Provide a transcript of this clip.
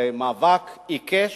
אחרי מאבק עיקש,